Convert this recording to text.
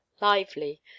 Lively